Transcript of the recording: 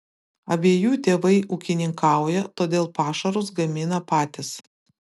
abiejų tėvai ūkininkauja todėl pašarus gamina patys